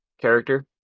character